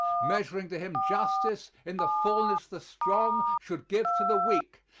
measuring to him justice in the fulness the strong should give to the weak,